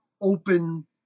open